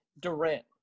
Durant